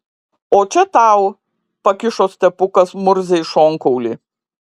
o čia tau pakišo stepukas murzei šonkaulį